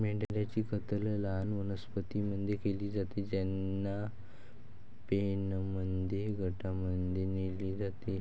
मेंढ्यांची कत्तल लहान वनस्पतीं मध्ये केली जाते, त्यांना पेनमध्ये गटांमध्ये नेले जाते